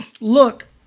look